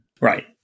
Right